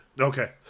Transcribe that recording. Okay